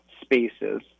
spaces